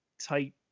tight